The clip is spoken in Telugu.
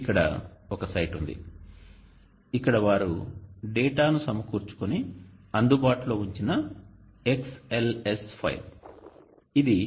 ఇక్కడ ఒక సైట్ ఉంది ఇక్కడ వారు డేటాను సమకూర్చుకొని అందుబాటులో ఉంచిన XLS ఫైల్ ఇది